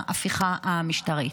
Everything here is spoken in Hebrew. ההפיכה המשטרית.